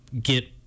get